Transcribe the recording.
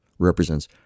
represents